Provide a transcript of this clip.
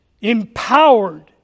empowered